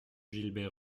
gilbert